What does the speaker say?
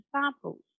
samples